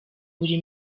buri